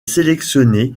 sélectionné